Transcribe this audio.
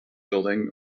building